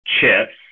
chips